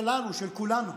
שלנו, של כולנו,